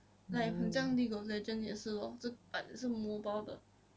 like 很像 league of legend 也是 lor but 是 mobile 的